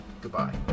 goodbye